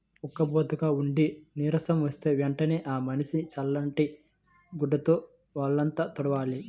ఉక్కబోతగా ఉండి నీరసం వస్తే వెంటనే ఆ మనిషిని చల్లటి గుడ్డతో వొళ్ళంతా తుడవాలి